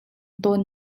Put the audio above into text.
tawn